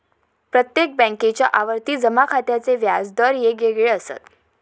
प्रत्येक बॅन्केच्या आवर्ती जमा खात्याचे व्याज दर येगयेगळे असत